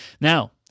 Now